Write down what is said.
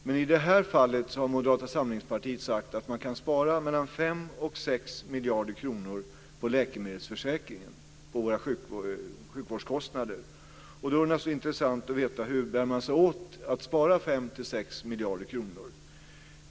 Men i det här fallet har Moderata samlingspartiet sagt att man kan spara mellan 5 och 6 miljarder kronor på läkemedelsförsäkringen i våra sjukvårdskostnader. Då är det naturligtvis intressant att veta hur man bär sig åt för att spara 5-6 miljarder kronor.